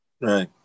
Right